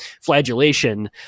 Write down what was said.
flagellation